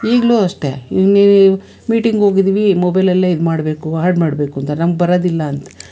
ಈಗಲು ಅಷ್ಟೇ ಈ ಮೀಟಿಂಗ್ ಹೋಗಿದ್ದೀವಿ ಮೊಬೈಲಲ್ಲೇ ಇದ್ಮಾಡ್ಬೇಕು ಆ್ಯಡ್ ಮಾಡಬೇಕು ಅಂತ ನಮ್ಗೆ ಬರೋದಿಲ್ಲ ಅಂತ